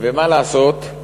מה לעשות,